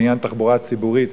בעניין התחבורה הציבורית.